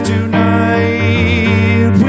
Tonight